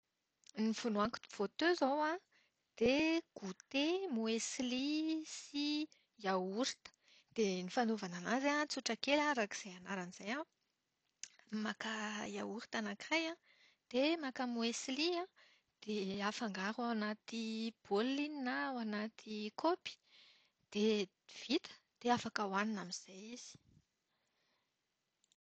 Ny vao nohaniko vao teo izao an, dia gouter muesli sy yaourt. Dia ny fanaovana anazy an tsotra kely arak'izay anarany izayan. Maka yaourt anaky iray dia maka muesli dia afangaro ao anaty baolina iny na ao anaty kaopy. Dia vita. Dia afaka hohanina amin'izay izy.